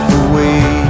away